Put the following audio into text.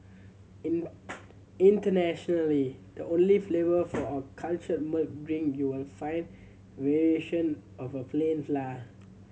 in internationally the only flavour for a cultured milk drink you will find variation of a plain fly